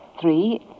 Three